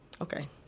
Okay